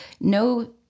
no